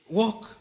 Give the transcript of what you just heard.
walk